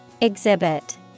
Exhibit